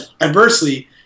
adversely